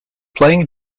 playing